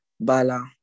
Bala